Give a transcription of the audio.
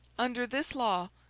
under this law,